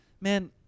man